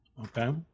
Okay